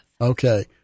Okay